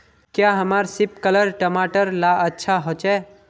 क्याँ हमार सिपकलर टमाटर ला अच्छा होछै?